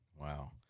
Wow